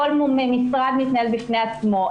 כל משרד מתנהל בפני עצמו.